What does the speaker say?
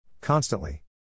Constantly